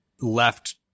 left